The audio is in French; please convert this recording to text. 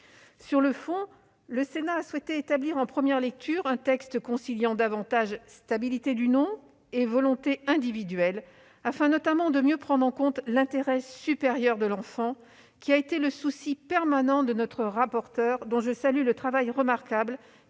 Sur le fond, le Sénat a souhaité établir en première lecture un texte conciliant davantage stabilité du nom et volonté individuelle, afin notamment de mieux prendre en compte l'intérêt supérieur de l'enfant qui a été le souci permanent de notre rapporteur, dont je salue le travail remarquable